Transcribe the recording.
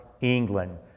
England